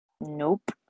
Nope